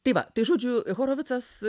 tai va tai žodžiu horovicas